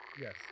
yes